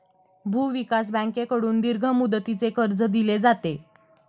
भूविकास बँकेकडून दीर्घ मुदतीचे कर्ज दिले जाते